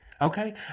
Okay